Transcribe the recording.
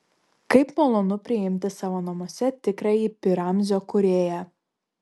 kaip malonu priimti savo namuose tikrąjį pi ramzio kūrėją